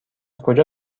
کجا